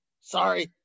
Sorry